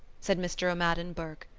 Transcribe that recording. said mr. o'madden burke,